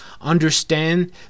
understand